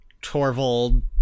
Torvald